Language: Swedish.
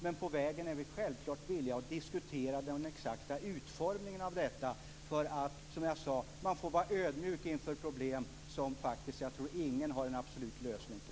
Men på vägen är vi självklart villiga att diskutera den exakta utformningen av detta. Man får ju, som jag sade, vara ödmjuk inför problem som jag faktiskt tror att ingen har en absolut lösning på.